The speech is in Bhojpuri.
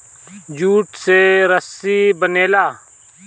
जूट से रसरी बनेला